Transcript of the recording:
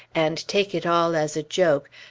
and take it all as a joke,